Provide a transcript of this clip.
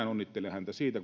onnittelen häntä siitä